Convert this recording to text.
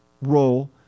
role